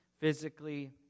physically